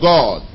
God